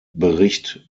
bericht